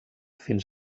fins